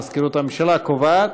מזכירות הממשלה קובעת.